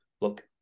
look